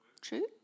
True